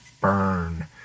Burn